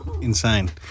Insane